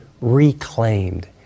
reclaimed